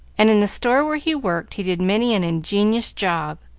and in the store where he worked he did many an ingenious job,